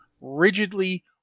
rigidly